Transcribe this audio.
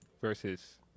versus